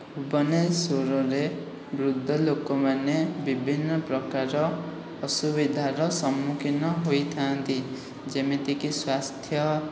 ଭୁବନେଶ୍ୱରରେ ବୃଦ୍ଧଲୋକମାନେ ବିଭିନ୍ନ ପ୍ରକାର ଅସୁବିଧାର ସମ୍ମୁଖୀନ ହୋଇଥାନ୍ତି ଯେମିତିକି ସ୍ଵାସ୍ଥ୍ୟ